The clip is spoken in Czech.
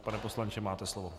Pane poslanče, máte slovo.